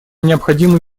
необходимо